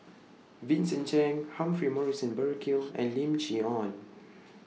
Vincent Cheng Humphrey Morrison Burkill and Lim Chee Onn